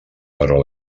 però